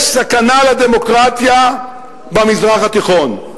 יש סכנה לדמוקרטיה במזרח התיכון,